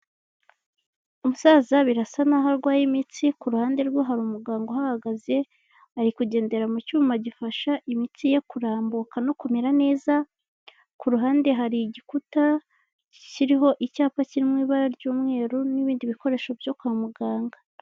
Umusaza birasa naho arwaye imitsi ku ruhande rwe hari umuganga uhahagaze, ari kugendera mu cyuma gifasha imitsi ye kurambuka no kumera neza, ku ruhande hari igikuta kiriho icyapa kiri mu ibara ry'umweru n'ibindi bikoresho byo kwa muganga.